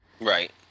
Right